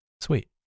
sweet